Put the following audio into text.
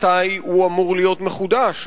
מתי הוא אמור להיות מחודש?